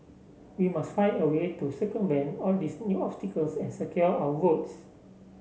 we must find a way to circumvent all these new obstacles and secure our votes